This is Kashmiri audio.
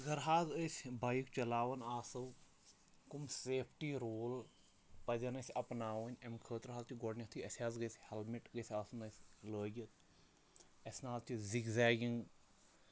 اَگر حظ أسۍ بایک چلاوان آسو کَم سیفٹی روٗل پَزن اَسہِ اَپناوٕنۍ اَمہِ خٲطرٕ حظ چھِ گۄڈٕنٮ۪تھٕے اَسہِ حظ گژھِ ہٮ۪لمِٹ گژھِ آسُن اَسہِ لٲگِتھ اَسہِ نَہ حظ چھِ زِگزیگِنٛگ